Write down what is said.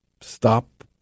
stop